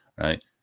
right